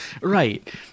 right